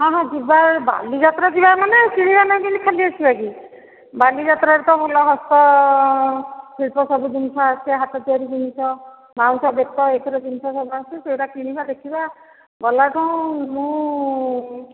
ହଁ ହଁ ଯିବା ବାଲିଯାତ୍ରା ଯିବା ମାନେ କିଣିବା ନାଇଁ କେମିତି ଖାଲି ଆସିବା କି ବାଲିଯାତ୍ରାରେ ତ ଭଲ ହସ୍ତଶିଳ୍ପ ସବୁ ଜିନିଷ ଆସେ ହାତ ତିଆରି ଜିନିଷ ବାଉଁଶ ବେତ ଏଇ ସବୁ ଜିନିଷ ସବୁ ଆସେ ସେଗୁଡ଼ା କିଣିବା ଦେଖିବା ଗଲାଠୁ ମୁଁ